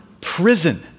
prison